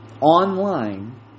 online